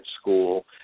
school